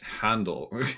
Handle